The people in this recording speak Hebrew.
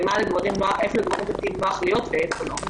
לגבי איפה לגברים דתיים נוח להיות ואיפה לא.